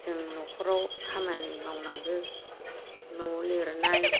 जों न'खराव खामानि मावनांगौ न' लिरनाय